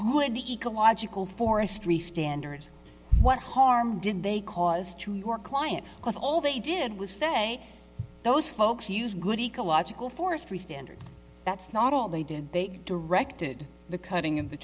be ecological forestry standards what harm did they cause to your client was all they did was say those folks used good ecological forestry standards that's not all they did big directed the cutting of the